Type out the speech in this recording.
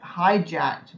hijacked